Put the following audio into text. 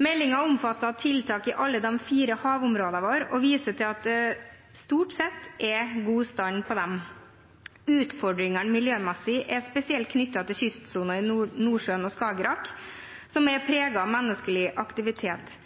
Meldingen omfatter tiltak i alle de fire havområdene våre og viser til at de stort sett er i god stand. De miljømessige utfordringene er spesielt knyttet til kystsoner i Nordsjøen og Skagerrak som er